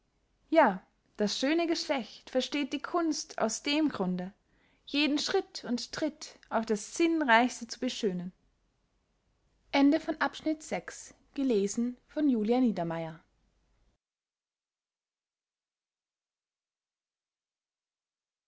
ja das schöne geschlecht versteht die kunst aus dem grunde jeden schritt und tritt auf das sinnreichste zu beschönen